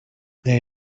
they